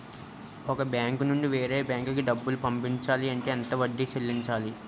ఒక బ్యాంక్ నుంచి వేరే బ్యాంక్ కి డబ్బులు పంపించాలి అంటే ఎంత వడ్డీ చెల్లించాలి?